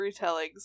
retellings